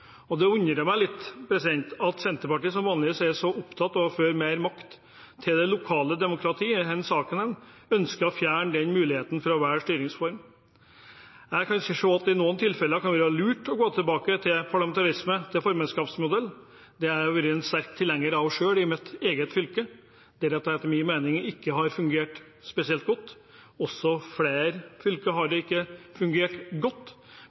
Det undrer meg litt at Senterpartiet, som vanligvis er så opptatt av å overføre mer makt til det lokale demokratiet, i denne saken ønsker å fjerne muligheten til å velge styreform. Jeg kan se at det i noen tilfeller kan være lurt å gå tilbake fra parlamentarisme til formannskapsmodell. Det har jeg vært sterk tilhenger av selv i mitt eget fylke, der det etter min mening ikke har fungert spesielt godt. Også i flere fylker har det ikke fungert godt.